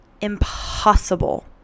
impossible